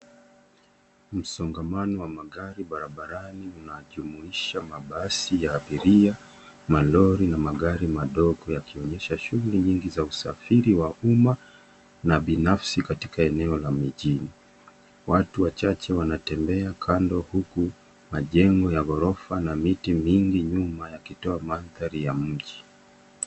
Msongamano wa magari barabarani unajumuisha mabasi ya abiria, malori na magari madogo yakionyesha shughuli nyingi za usafiri wa umma na binafsi katika eneo la mijini. Watu wachache wanatembea kando huku majengo ya ghorofa na miti mingi nyuma yakitoa mandhari ya mji.